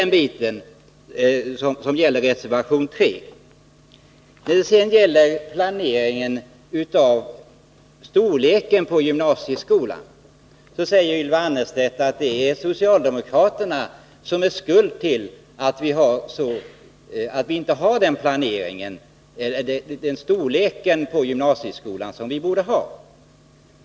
När det sedan gäller planeringen i fråga om storleken på gymnasieskolan säger Ylva Annerstedt att det är socialdemokraterna som är skuld till att vi inte har den storlek på gymnasieskolan som vi borde ha.